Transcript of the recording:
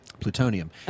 Plutonium